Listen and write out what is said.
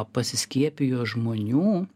pasiskiepijo žmonių